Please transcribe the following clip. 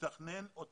ואני